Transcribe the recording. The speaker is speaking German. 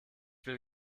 will